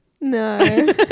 No